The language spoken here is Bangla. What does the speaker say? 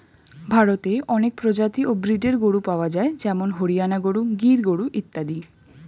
ভারতে অনেক প্রজাতি ও ব্রীডের গরু পাওয়া যায় যেমন হরিয়ানা গরু, গির গরু ইত্যাদি